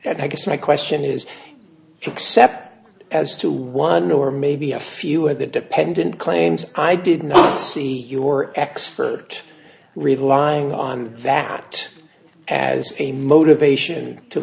i guess my question is except as to one or maybe a few of the dependent claims i did not see your expert relying on that as a motivation to